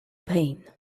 pain